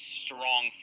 strong